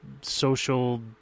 social